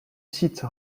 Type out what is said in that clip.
site